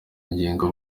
ngingo